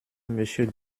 monsieur